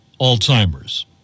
Alzheimer's